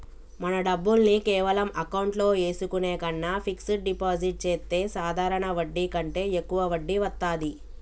మన డబ్బుల్ని కేవలం అకౌంట్లో ఏసుకునే కన్నా ఫిక్సడ్ డిపాజిట్ చెత్తే సాధారణ వడ్డీ కంటే యెక్కువ వడ్డీ వత్తాది